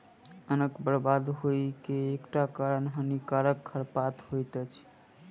अन्नक बर्बाद होइ के एकटा कारण हानिकारक खरपात होइत अछि